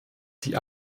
die